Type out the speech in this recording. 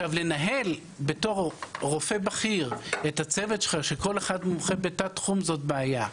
לנהל בתור רופא בכיר את הצוות שלך שכל אחד מומחה בתת תחום זאת בעיה.